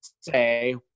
say